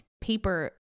paper